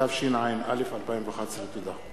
התשע"א 2011. תודה.